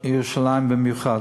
ירושלים במיוחד.